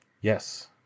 Yes